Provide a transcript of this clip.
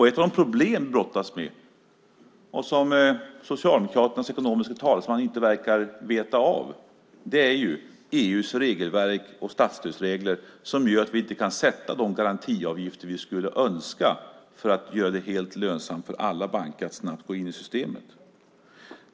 Ett av de problem som vi brottas med och som Socialdemokraternas ekonomiska talesman inte verkar veta av är EU:s regelverk och statsstödsregler som gör att vi inte kan sätta de garantiavgifter som vi skulle önska för att göra det helt lönsamt för alla banker att snabbt gå in i systemet.